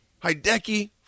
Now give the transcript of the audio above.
Hideki